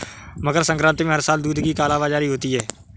मकर संक्रांति में हर साल दूध की कालाबाजारी होती है